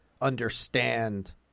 understand